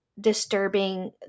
disturbing